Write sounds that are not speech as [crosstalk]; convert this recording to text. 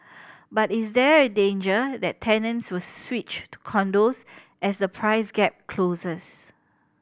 [noise] but is there a danger that tenants will switch to condos as the price gap closes